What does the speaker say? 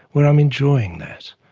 where i'm enjoying that.